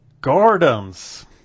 gardens